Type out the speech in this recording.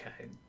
okay